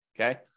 okay